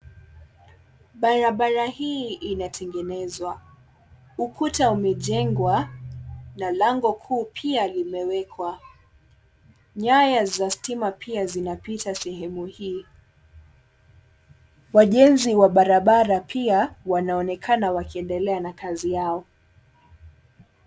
Barabara hii inatengenezwa, ukuta umejengwa na lango kuu pia limewekwa, nyaya za stima pia zinapita sehemu hii. Wajenzi wa barabara pia wanaonekana wakiendelea na kazi yao.